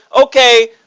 okay